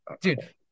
dude